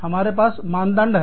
हमारे पास मानदंड है